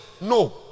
No